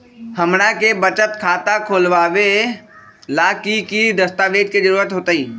हमरा के बचत खाता खोलबाबे ला की की दस्तावेज के जरूरत होतई?